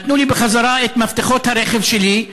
נתנו לי בחזרה את מפתחות הרכב שלי.